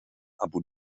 abu